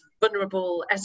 vulnerable